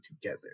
together